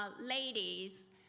ladies